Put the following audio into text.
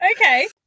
Okay